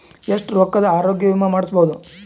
ಎಷ್ಟ ರೊಕ್ಕದ ಆರೋಗ್ಯ ವಿಮಾ ಮಾಡಬಹುದು?